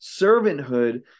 servanthood